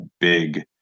big